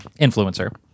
influencer